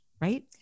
right